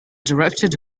directed